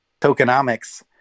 tokenomics